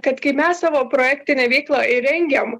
kad kai mes savo projektinę veiklą įrengiam